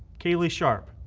kayliee sharp,